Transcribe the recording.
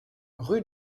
rue